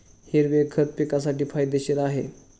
हिरवे खत पिकासाठी फायदेशीर आहे